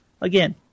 Again